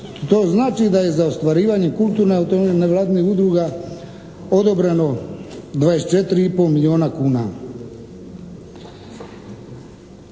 što znači da je za ostvarivanje kulturne autonomije nevladinih udruga odobreno 24,5 milijuna kuna.